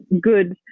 good